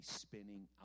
spinning